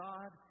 God